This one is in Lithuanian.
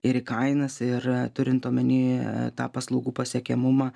ir į kainas ir turint omeny tą paslaugų pasiekiamumą